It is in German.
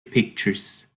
pictures